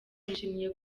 nishimiye